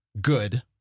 good